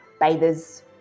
bathers